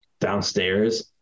downstairs